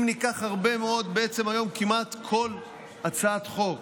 אם ניקח הרבה מאוד, בעצם, היום כמעט כל הצעת חוק